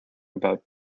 about